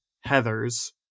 Heather's